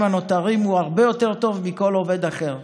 הנותרים הוא הרבה יותר טוב מכל עובד אחר,